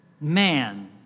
Man